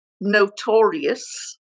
Notorious